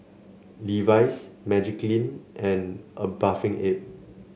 Levi's Magiclean and A Bathing Ape